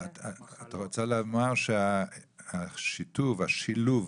את רוצה לומר שהשיתוף והשילוב